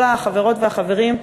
כל החברות והחברים,